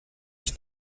ich